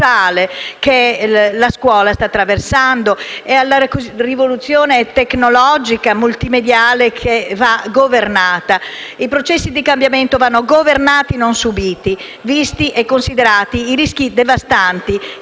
che la scuola sta attraversando e con riferimento alla rivoluzione tecnologica e multimediale, che va governata. I processi di cambiamento vanno governati e non subiti, visti e considerati i rischi devastanti